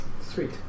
Sweet